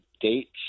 dates